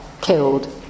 killed